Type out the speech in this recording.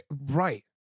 Right